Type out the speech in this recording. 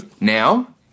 now